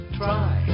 try